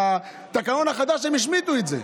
בתקנון החדש הם השמיטו את זה.